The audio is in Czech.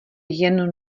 jen